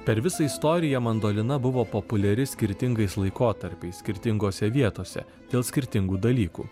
per visą istoriją mandolina buvo populiari skirtingais laikotarpiais skirtingose vietose dėl skirtingų dalykų